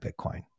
Bitcoin